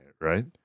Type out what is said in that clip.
right